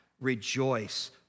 rejoice